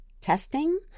testing